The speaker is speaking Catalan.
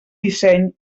disseny